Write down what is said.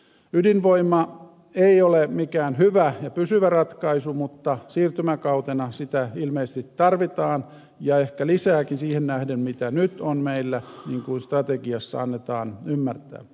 ydinvoima ei ole mikään hyvä ja pysyvä ratkaisu mutta siirtymäkautena sitä ilmeisesti tarvitaan ja ehkä lisääkin siihen nähden mitä meillä on nyt niin kuin strategiassa annetaan ymmärtää